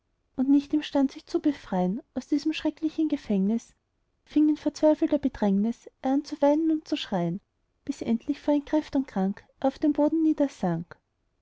und nicht imstand sich zu befrei'n aus diesem schrecklichen gefängnis fing in verzweifelter bedrängnis er an zu weinen und zu schrei'n bis endlich vor entkräftung krank er auf den boden